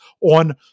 on